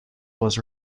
was